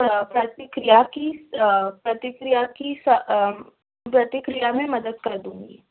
پرتیکریا کی پرتیکریا کی پرتیکریا میں مدد کر دوں گی